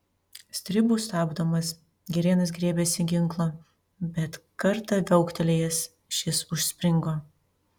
stribų stabdomas girėnas griebėsi ginklo bet kartą viauktelėjęs šis užspringo